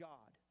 God